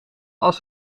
als